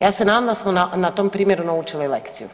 Ja se nadam da smo na tom primjeru naučili lekciju,